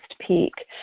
peak